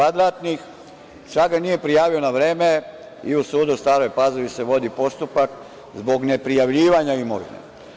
Sada ga nije prijavio na vreme i na sudu u Staroj Pazovi se vodi postupak zbog neprijavljivanja imovine.